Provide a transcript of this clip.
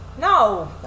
No